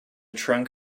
trunk